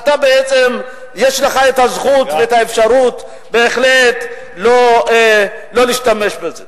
בעצם יש לך הזכות והאפשרות בהחלט לא להשתמש בזה.